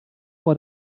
for